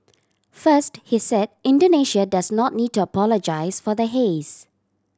first he said Indonesia does not need to apologise for the haze